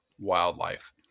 wildlife